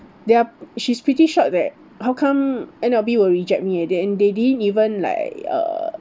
their she's pretty shocked that how come N_L_B will reject me at the end they didn't even like uh